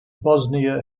bosnia